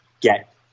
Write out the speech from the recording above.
get